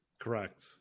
correct